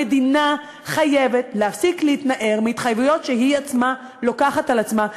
המדינה חייבת להפסיק להתנער מהתחייבויות שהיא עצמה לוקחת על עצמה.